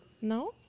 No